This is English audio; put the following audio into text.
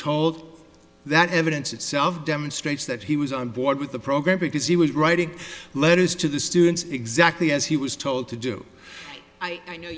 told that evidence itself demonstrates that he was on board with the program because he was writing letters to the students exactly as he was told to do i